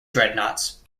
dreadnoughts